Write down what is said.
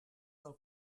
del